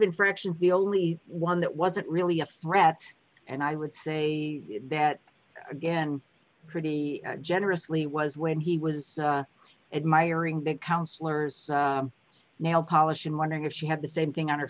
infractions the only one that wasn't really a threat and i would say that again pretty generously was when he was admiring the counsellor's nail polish and wondering if you have the same thing on